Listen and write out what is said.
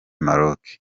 maroc